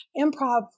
improv